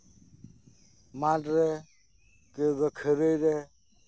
ᱢᱟᱴᱷᱨᱮ ᱚᱠᱚᱭ ᱫᱚ ᱠᱷᱟᱹᱨᱟᱹᱭ ᱨᱮ